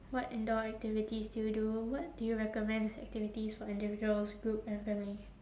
what indoor activities do you do what do you recommend as activities for individuals group and family